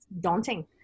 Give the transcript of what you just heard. daunting